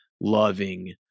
loving